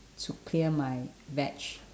to clear my veg